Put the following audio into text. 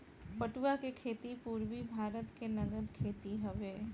पटुआ के खेती पूरबी भारत के नगद खेती हवे